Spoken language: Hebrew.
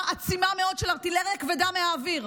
עצימה מאוד של ארטילריה כבדה מהאוויר,